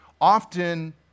often